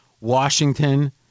Washington